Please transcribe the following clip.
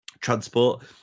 transport